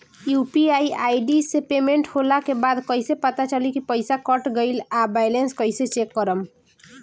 UPI ID से payment होला के बाद कइसे पता चली की पईसा कट गएल आ बैलेंस कइसे चेक करम?